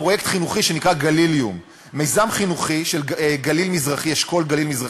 פרויקט חינוכי שנקרא "גליליום" מיזם חינוכי של אשכול גליל מזרחי,